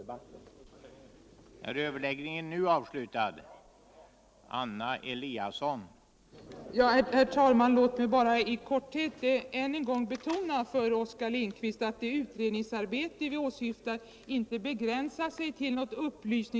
den det ej vill röstar nej.